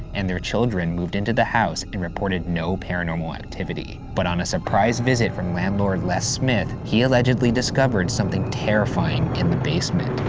and their children moved into the house and reported no paranormal activity. but on a surprise visit from landlord les smith, he allegedly discovered something terrifying in the basement,